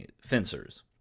fencers